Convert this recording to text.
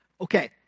Okay